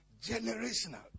Generational